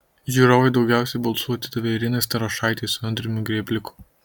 žiūrovai daugiausiai balsų atidavė irenai starošaitei su andriumi grėbliku